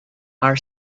our